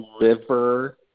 liver